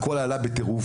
הכול עלה בטירוף,